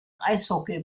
eishockey